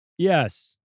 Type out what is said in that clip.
Yes